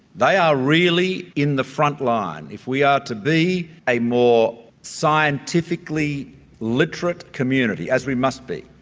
they are really in the front line. if we are to be a more scientifically literate community, as we must be,